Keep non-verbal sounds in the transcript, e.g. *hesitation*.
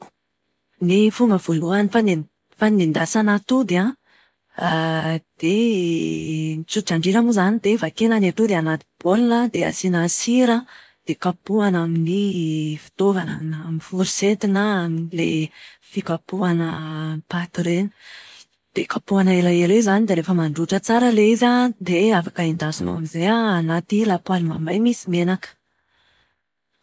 Ny fomba voalohany fanendasana atody an, *hesitation* dia *hesitation* ny tsotra indrindra moa izany dia vakiana ny atody anaty bol dia asiana sira, dia kapohana amin'ny fitaovana na amin'ny forisety na amin'ilay fikapohana paty ireny. Dia kapohana elaela eo izy izany dia rehefa mandroatra tsara ilay izy an, dia afaka endasinao amin'izay anaty lapoaly mahamay misy menaka.